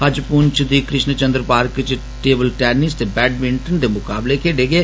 अज्ज पुंछ दी कृश्ण चन्द्र पार्क च टेबलटैनिस ते बैडमिंटन दे मुकाबले खेडे गे